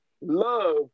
love